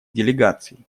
делегаций